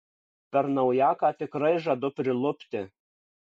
per naujaką tikrai žadu prilupti